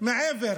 מעבר